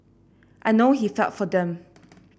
I know he felt for them